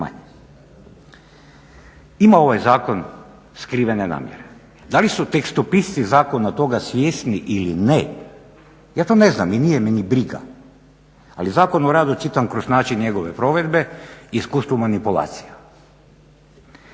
Ima ovaj zakon skrivene namjere. Da li su tekstopisci zakona toga svjesni ili ne, ja to ne znam i nije me ni briga, ali Zakon o radu je čitan kroz način njegove provedbe i iskustvom manipulacija.